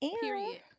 Period